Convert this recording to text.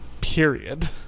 Period